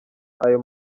ayo